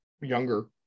younger